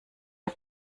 auf